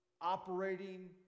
operating